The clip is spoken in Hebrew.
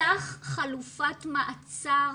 ותיפתח חלופת מעצר